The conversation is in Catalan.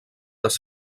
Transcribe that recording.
les